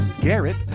Garrett